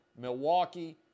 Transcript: Milwaukee